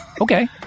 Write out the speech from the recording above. Okay